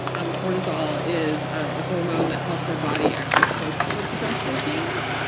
um cortisol is a hormone that helps our body actually cope with stressful things.